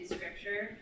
Scripture